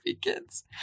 kids